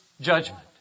judgment